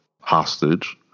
hostage